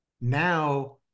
now